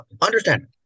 understand